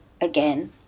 again